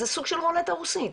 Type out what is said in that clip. זה סוג של רולטה רוסית.